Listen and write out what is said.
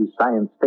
science